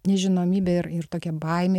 nežinomybė ir ir tokia baimė